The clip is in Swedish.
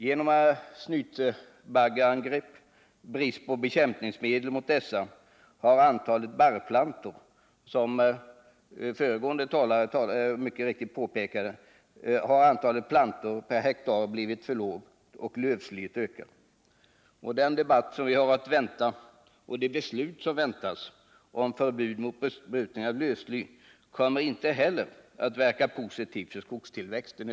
Genom snytbaggeangrepp och brist på bekämpningsmedel härvidlag har antalet barrplantor, såsom föregående talare mycket riktigt påpekade, per hektar blivit för lågt och lövslyet ökat. Den debatt som vi har att vänta och de beslut som väntas om förbud mot besprutning av lövsly kommer inte heller att verka i positiv riktning för skogstillväxten.